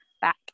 back